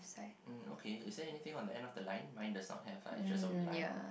okay is there anything you want to end off the line mine does not have right it's just a line